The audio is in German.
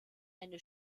eine